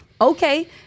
Okay